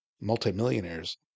multimillionaires